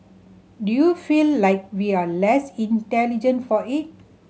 do you feel like we are less intelligent for it